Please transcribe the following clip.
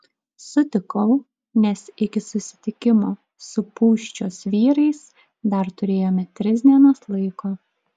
sutikau nes iki susitikimo su pūščios vyrais dar turėjome tris dienas laiko